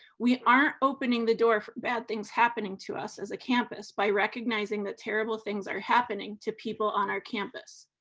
we aren't opening the door for bad things happening to us as a campus by recognizing that terrible things are happening to people on our campus.